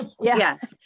Yes